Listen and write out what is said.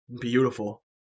beautiful